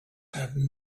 have